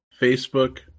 Facebook